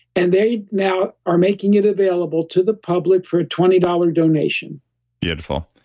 and they now are making it available to the public for a twenty dollars donation beautiful.